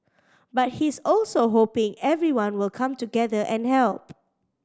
but he's also hoping everyone will come together and help